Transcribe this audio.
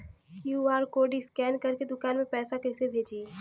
QR code scan करके दुकान में पैसा कइसे भेजी?